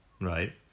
right